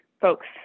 folks